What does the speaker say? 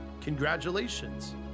congratulations